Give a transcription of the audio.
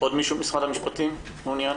עוד מישהו ממשרד המשפטים מעוניין?